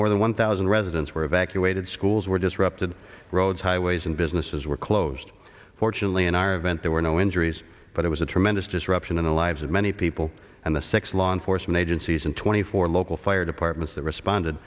more than one thousand residents were evacuated schools were disrupted roads highways and businesses were closed fortunately in our event there were no injuries but it was a tremendous disruption in the lives of many people and the six law enforcement agencies and twenty four local fire departments that responded